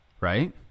right